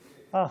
אה,